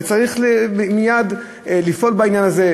וצריך מייד לפעול בעניין הזה,